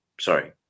Sorry